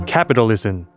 Capitalism